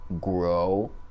grow